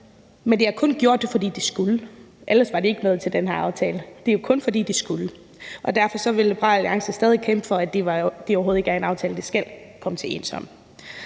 Men de har kun gjort det, fordi de skulle. Ellers var de ikke nået til den her aftale. Det er jo kun, fordi de skulle. Derfor vil Liberal Alliance stadig kæmpe for, at det overhovedet ikke er en aftale, de skal komme til at enes